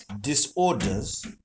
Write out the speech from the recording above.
disorders